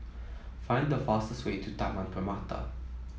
find the fastest way to Taman Permata